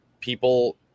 people